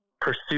pursue